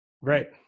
Right